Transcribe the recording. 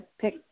pick